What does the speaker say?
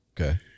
Okay